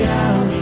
out